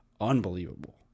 unbelievable